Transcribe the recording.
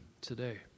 today